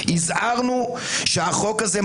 הזהרנו שהחוק הזה,